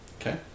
Okay